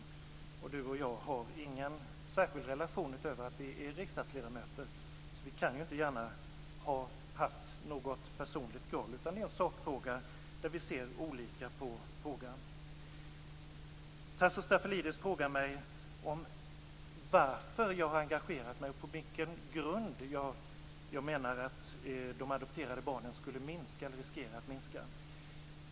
Tasso Stafilidis och jag har ingen särskild relation utöver att vi är riksdagsledamöter, så vi kan inte gärna ha haft något personligt groll, utan vi ser olika på sakfrågan. Tasso Stafilidis frågar mig varför jag har engagerat mig och på vilken grund jag menar att antalet adopterade barn riskerar att minska.